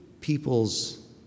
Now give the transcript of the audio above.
people's